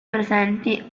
presenti